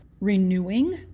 renewing